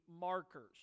markers